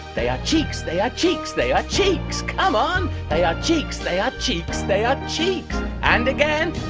they are cheeks. they are cheeks. they are cheeks. come on. they are cheeks. they are cheeks. they are cheeks. and again.